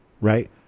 right